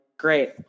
great